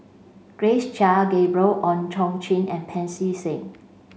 Grace Chia Gabriel Oon Chong Jin and Pancy Seng